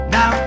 Now